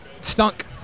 Stunk